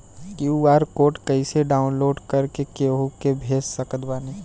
QR code कइसे download कर के केहु के भेज सकत बानी?